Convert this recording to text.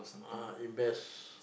ah invest